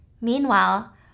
Meanwhile